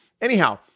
anyhow